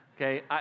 okay